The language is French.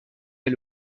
est